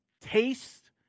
taste